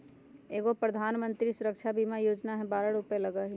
एगो प्रधानमंत्री सुरक्षा बीमा योजना है बारह रु लगहई?